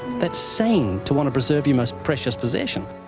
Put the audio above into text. but sane to want to preserve your most precious possession.